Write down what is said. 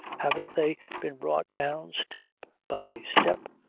haven't they been brought down, step by step,